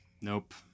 nope